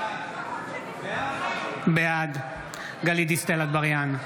בעד גלית דיסטל אטבריאן,